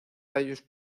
tallos